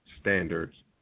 standards